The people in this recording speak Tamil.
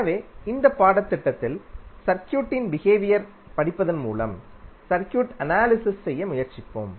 எனவே இந்த பாடத்திட்டத்தில் சர்க்யூடின் பிஹேவியர் படிப்பதன் மூலம் சர்க்யூட் அனாலிஸிஸ் செய்ய முயற்சிப்போம்